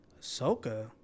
Ahsoka